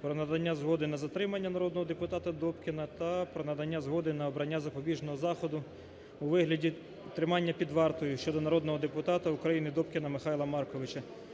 про надання згоди на затримання народного депутата Добкіна та про надання згоди на обрання запобіжного заходу у вигляді тримання під вартою щодо народного депутата України Добкіна Михайла Марковича,